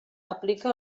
aplica